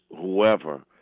whoever